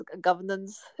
governance